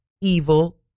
evil